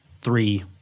three